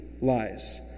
lies